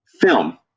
film